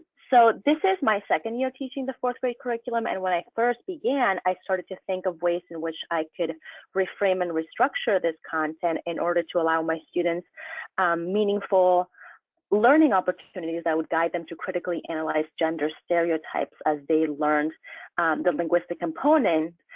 so this is my second year teaching the fourth-grade curriculum. and when i first began, i started to think of ways in which i could reframe and restructure this content in order to allow my students meaningful learning opportunities that would guide them to critically analyze gender stereotypes as they learned the linguistic component.